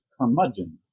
curmudgeon